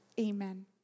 amen